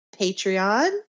patreon